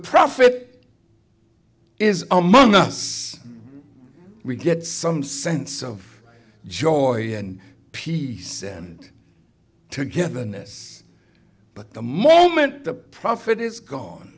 profit is among us we get some sense of joy and peace and togetherness but the moment the prophet is gone